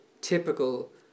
typical